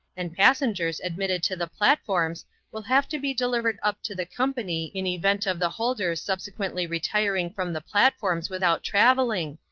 and passengers admitted to the platforms will have to be delivered up to the company in event of the holders subsequently retiring from the platforms without travelling,